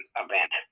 event